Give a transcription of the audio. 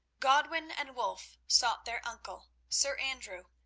godwin and wulf sought their uncle, sir andrew,